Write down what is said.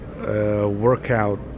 workout